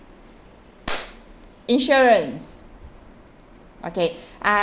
insurance okay uh